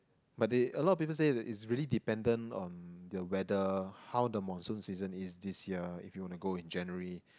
but that a lot of people said is is really dependent on the weather how the monsoon season is this year if you want to go in January